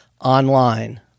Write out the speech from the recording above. online